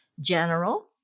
general